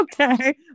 okay